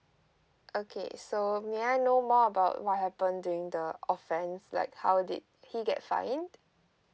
okay so may I know more about what happened during the offence like how did he get fined